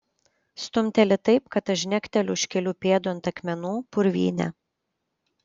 stumteli taip kad aš žnekteliu už kelių pėdų ant akmenų purvyne